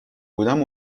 بودم